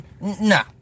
Nah